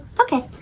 okay